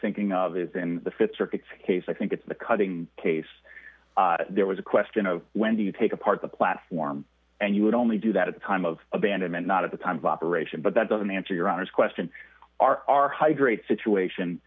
thinking of is in the th circuit's case i think it's the cutting case there was a question of when do you take apart the platform and you would only do that at the time of abandonment not at the times op aeration but that doesn't answer your honor's question are are high grade situation